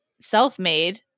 self-made